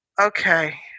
okay